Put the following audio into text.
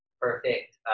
perfect